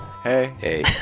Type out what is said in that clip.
Hey